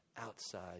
outside